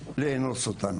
לאנוס אותן